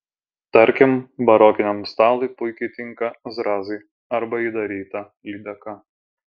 tarkim barokiniam stalui puikiai tinka zrazai arba įdaryta lydeka